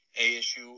ASU